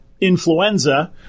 influenza